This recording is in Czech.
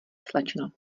slečno